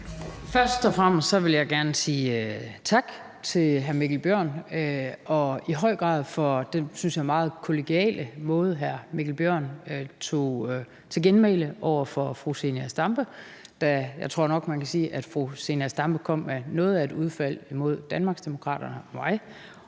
Først og fremmest vil jeg gerne sige tak til hr. Mikkel Bjørn, og det er i høj grad for den kollegiale måde, som hr. Mikkel Bjørn tog til genmæle på over for fru Zenia Stampe, da fru Zenia Stampe kom med noget af et udfald mod Danmarksdemokraterne og mod